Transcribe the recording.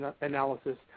Analysis